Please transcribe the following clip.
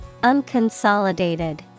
Unconsolidated